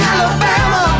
Alabama